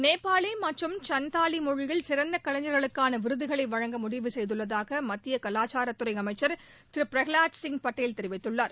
நேபாளி மற்றம் சந்த்தாலி மொழியில் சிறந்த கலைஞர்களுக்கான விருதுகளை வழங்க முடிவு செய்துள்ளதாக மத்திய கலாச்சாரத்துறை அமைச்சர் திரு பிரகலாத் சிங் படேல் தெரிவித்துள்ளார்